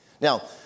Now